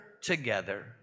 Together